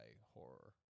horror